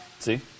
See